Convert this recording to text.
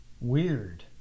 weird